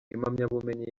impamyabumenyi